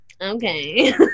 Okay